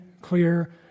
clear